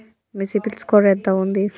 మీ CIBIL score ఎంత ఉంది?